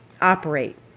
operate